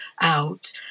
out